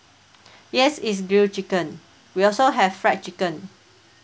yes it's grilled chicken we also have fried chicken